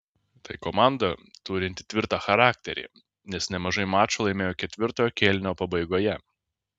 tai komanda turinti tvirtą charakterį nes nemažai mačų laimėjo ketvirtojo kėlinio pabaigoje